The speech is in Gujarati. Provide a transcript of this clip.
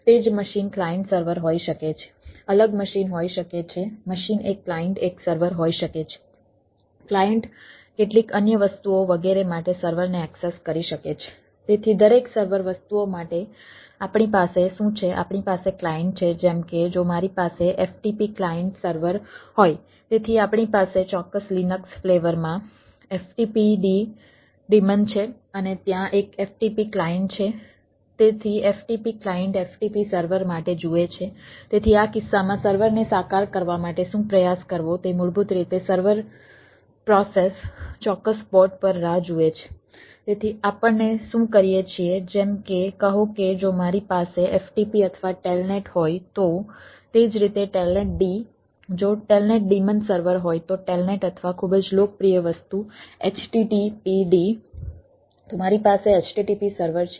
તેથી આપણી પાસે ચોક્કસ લિનક્સ હોય તો તે જ રીતે ટેલનેટ d જો ટેલનેટ ડિમન સર્વર હોય તો ટેલનેટ અથવા ખૂબ જ લોકપ્રિય વસ્તુ httpd તો મારી પાસે HTTP સર્વર છે